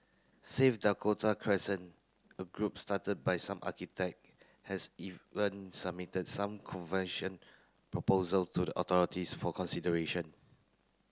save Dakota Crescent a group started by some architect has even submitted some convention proposal to the authorities for consideration